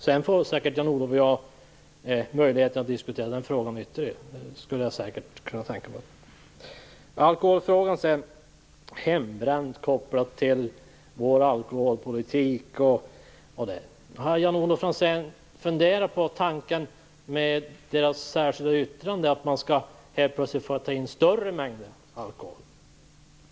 Sedan kan jag tänka mig att Jan-Olof Franzén och jag får möjlighet att diskutera den här frågan ytterligare. I alkoholfrågan kopplar Jan-Olof Franzén samman hembränt med vår alkoholpolitik osv. Har Jan-Olof Franzén funderat över tanken med ert särskilda yttrande, nämligen att man helt plötsligt skall få ta in större mängder alkohol?